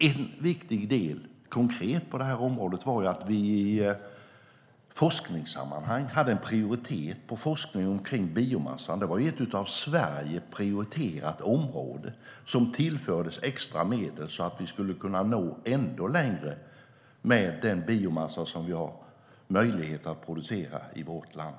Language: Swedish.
En viktig sak var att vi prioriterade forskning om biomassa. Det var ett av Sverige prioriterat område som tillfördes extra medel för att vi skulle kunna nå ännu längre med den biomassa som vi har möjlighet att producera i vårt land.